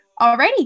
Alrighty